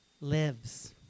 lives